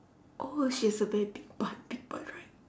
oh she has a very big butt big butt right